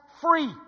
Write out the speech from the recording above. free